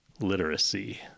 literacy